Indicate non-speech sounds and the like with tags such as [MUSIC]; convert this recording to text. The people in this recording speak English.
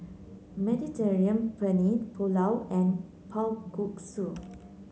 Mediterranean Penne Pulao and [UNINTELLIGIBLE]